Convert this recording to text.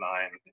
Nine